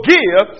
give